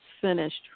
finished